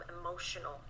emotional